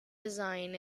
design